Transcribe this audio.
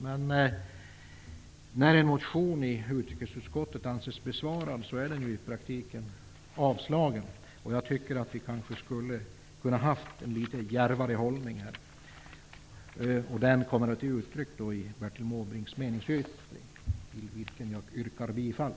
Men när en motion i utrikesutskottet anses vara besvarad är den i praktiken avslagen. Jag tycker att vi skulle haft en något djärvare hållning. En sådan hållning kommer till uttryck i Bertil Måbrinks meningsyttring, till vilken jag yrkar bifall.